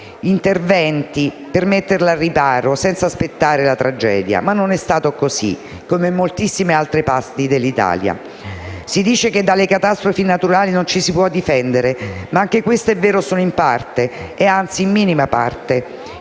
intervenire per porle al riparo senza attendere che si verificasse la tragedia. Ma non è stato così, come per moltissime altre parti dell'Italia. Si dice che dalle catastrofi naturali non ci si può difendere, ma anche questo è vero solo in parte: anzi, in minima parte.